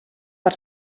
per